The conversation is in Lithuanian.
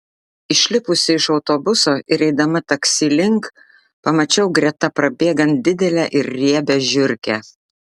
išlipusi iš autobuso ir eidama taksi link pamačiau greta prabėgant didelę ir riebią žiurkę